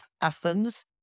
Athens